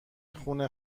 خونه